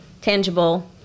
tangible